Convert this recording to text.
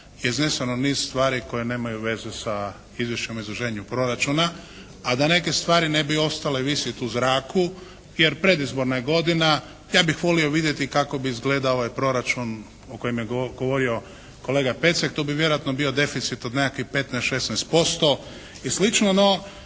je izneseno niz stvari koje nemaju veze s Izvješćem o izvršenju proračuna. A da neke stvari ne bi ostale visit u zraku, jer predizborna je godina, ja bih volio vidjeti kako bi izgledao ovaj proračun o kojem je govorio kolega Pecek. To bi vjerojatno bio deficit od nekakvih 15, 16% i